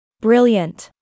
Brilliant